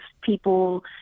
people